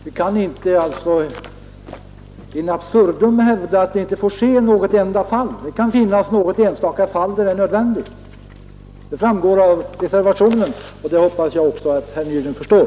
Vi kan inte in absurdum hävda att det inte får ske i något enda fall; det kan finnas något enstaka fall där det är nödvändigt. Det framgår av reservationen, och det hoppas jag också att herr Nygren förstår.